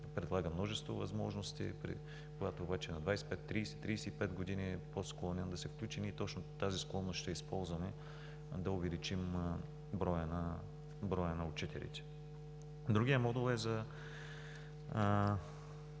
предлага множество възможности, но когато обаче е на 25, 30, 35 години е по-склонен да се включи. Ние точно тази склонност ще използваме, за да увеличим броя на учителите. Другият модул е за